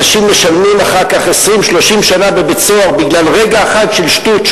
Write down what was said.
אנשים משלמים אחר כך 20 30 שנה בבית-סוהר בגלל רגע אחד של שטות,